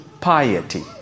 piety